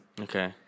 Okay